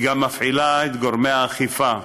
היא גם מפעילה את גורמי האכיפה,